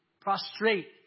Prostrate